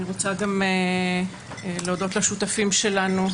אני רוצה גם להודות לשותפים שלנו,